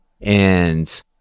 And-